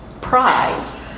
prize